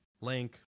Link